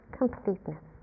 completeness